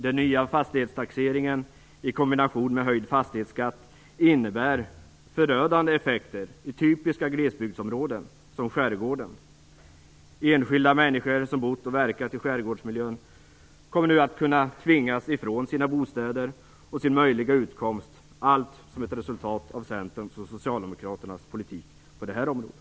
Den nya fastighetstaxeringen i kombination med höjd fastighetsskatt innebär förödande effekter i typiska glesbygdsområden som skärgården. Enskilda människor som har bott och verkat i skärgårdsmiljön kommer nu att kunna tvingas från sina bostäder och sin möjliga utkomst - allt som ett resultat av Centerns och Socialdemokraternas politik på detta område.